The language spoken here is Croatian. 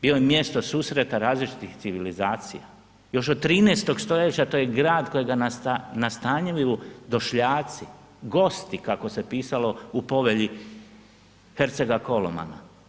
Bio je mjesto susreta različitih civilizacija, još od 13. st. to je grad kojega nastanjuju došljaci, gosti, kako se pisalo u Povelji hercega Kolomana.